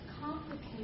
complicated